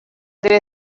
delle